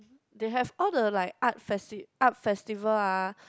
they have all the like art festi~ art festival ah